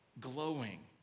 Glowing